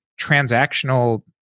transactional